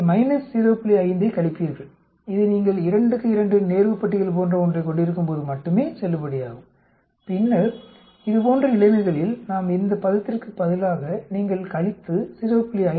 5 ஐக் கழிப்பீர்கள் இது நீங்கள் 2 க்கு 2 வகை நேர்வு பட்டியல் போன்ற ஒன்றைக் கொண்டிருக்கும்போது மட்டுமே செல்லுபடியாகும் பின்னர் இதுபோன்ற நிலைமைகளில் நாம் இந்த பதத்திற்குப் பதிலாக நீங்கள் கழித்து 0